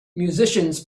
musicians